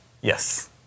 Yes